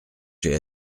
j’ai